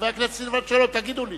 חבר הכנסת סילבן שלום, תגידו לי.